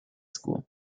school